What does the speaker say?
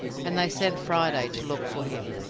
and they sent friday to look for him.